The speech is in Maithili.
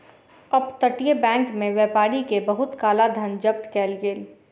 अप तटीय बैंक में व्यापारी के बहुत काला धन जब्त कएल गेल